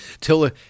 till